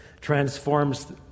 transforms